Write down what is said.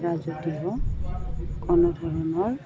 কোনোধৰণৰ